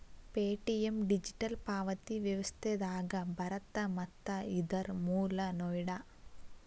Paytm digital ಪಾವತಿ ವ್ಯವಸ್ಥೆದಾಗ ಬರತ್ತ ಮತ್ತ ಇದರ್ ಮೂಲ ನೋಯ್ಡಾ